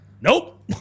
Nope